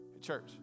Church